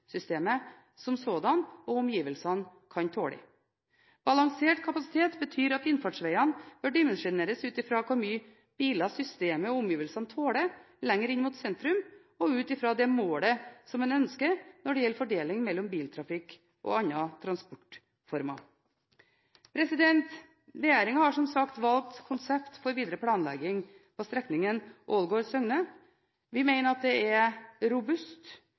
som sådan og omgivelsene kan tåle. Balansert kapasitet betyr at innfartsvegene bør dimensjoneres ut fra hvor mange biler systemet og omgivelsene tåler lenger inn mot sentrum, og ut fra det målet en ønsker for fordeling mellom biltrafikk og andre transportformer. Regjeringen har, som sagt, valgt konsept for videre planlegging på strekningen Søgne–Ålgård. Vi mener at det er en robust